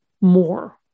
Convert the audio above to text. more